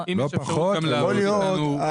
לא פחות ולא יותר.